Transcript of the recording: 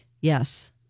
yes